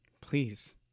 Please